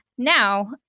now,